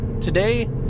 today